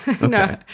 No